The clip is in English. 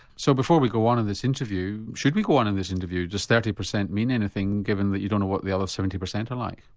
so before we go on in this interview, should we go on in this interview, does thirty percent mean anything given that you don't know what the other seventy percent are like?